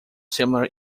similar